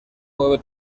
nueve